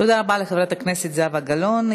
תודה רבה לחברת הכנסת זהבה גלאון.